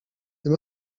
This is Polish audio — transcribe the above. tym